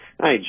Hi